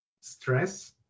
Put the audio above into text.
stress